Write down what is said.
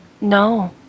No